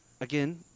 again